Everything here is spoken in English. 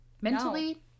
Mentally